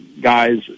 guys